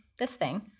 this thing,